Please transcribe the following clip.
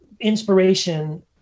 inspiration